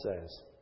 says